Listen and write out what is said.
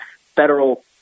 federal